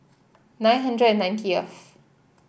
nine hundred and ninetieth